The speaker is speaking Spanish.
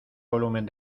volumen